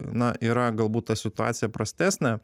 na yra galbūt ta situacija prastesnė